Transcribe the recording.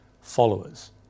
followers